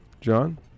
John